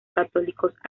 católicos